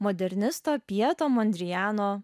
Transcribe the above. modernisto pieto mondrijano